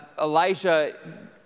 Elijah